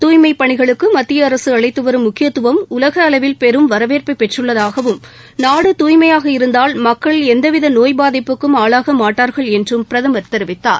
தூய்மைப் பணிகளுக்கு மத்திய அரசு அளித்து வரும் முக்கியத்துவம் உலக அளவில் பெரும் வரவேற்பை பெற்றுள்ளதாகவும் நாடு தூய்மையாக இருந்தால் மக்கள் எந்தவித நோய் பாதிப்புக்கும் ஆளாக மாட்டார்கள் என்றும் பிரதமர் தெரிவித்தார்